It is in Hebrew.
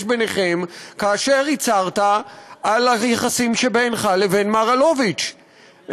בינכם כאשר הצהרת על היחסים שבינך לבין מר אלוביץ,